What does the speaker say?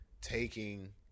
taking